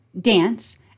dance